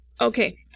Okay